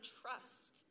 trust